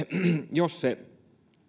jos se